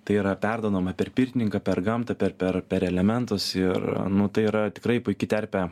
tai yra perduodama per pirtininką per gamtą per per per elementus ir nu tai yra tikrai puiki terpė